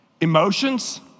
Emotions